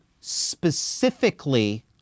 specifically